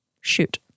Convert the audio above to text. shoot